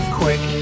quick